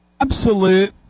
absolute